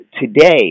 today